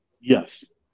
yes